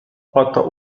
oto